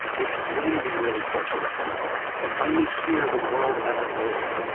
it's when we really start to listen and finally hear the world as it is.